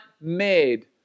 made